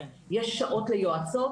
יש שעות ליועצות?